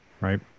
right